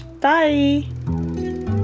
Bye